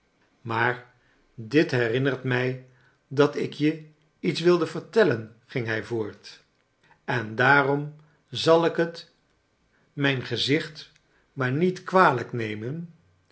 maar dit hcrinnert mij dat ik je iets wilde vertellen ging hij voort en daarom zal ik het mijn gezicht maar niet kwalijk nemen